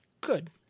good